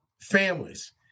Families